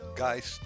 guys